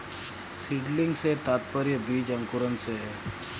seedling से तात्पर्य बीज अंकुरण से है